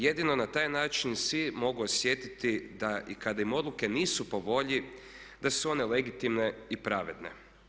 Jedino na taj način svi mogu osjetiti da i kada im odluke nisu po volji da su one legitimne i pravedne.